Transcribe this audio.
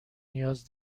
نیاز